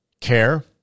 care